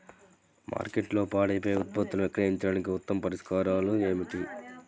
మార్కెట్లో పాడైపోయే ఉత్పత్తులను విక్రయించడానికి ఉత్తమ పరిష్కారాలు ఏమిటి?